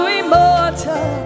immortal